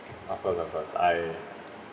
of course of course I